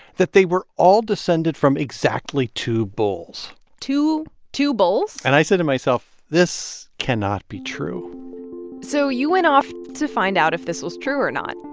that they were all descended from exactly two bulls two two bulls? and i said to myself, this cannot be true so you went off to find out if this was true or not.